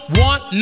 want